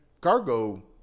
cargo